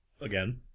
again